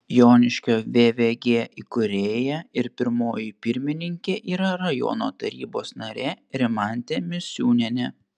joniškio vvg įkūrėja ir pirmoji pirmininkė yra rajono tarybos narė rimantė misiūnienė